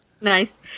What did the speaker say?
Nice